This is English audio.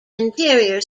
interior